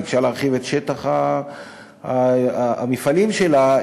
כשביקשה להרחיב את שטח המפעלים שלה,